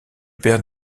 père